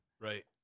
right